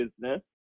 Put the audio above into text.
business